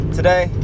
Today